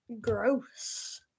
Gross